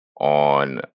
on